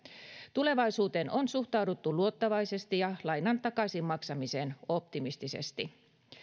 tulevaisuuteen on suhtauduttu luottavaisesti ja lainan takaisin maksamiseen optimistisesti